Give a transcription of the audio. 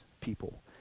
people